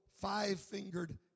five-fingered